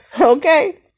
Okay